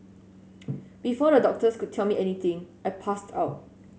before the doctors could tell me anything I passed out